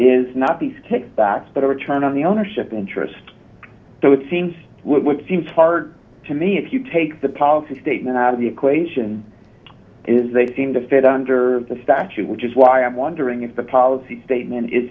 is not these take that but a return on the ownership interest so it seems what seems hard to me if you take the policy statement out of the equation is they seem to fit under the statute which is why i'm wondering if the policy statement is